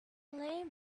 lame